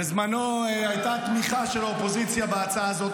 בזמנו הייתה תמיכה של האופוזיציה בהצעה הזאת,